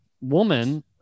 woman